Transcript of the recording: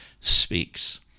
speaks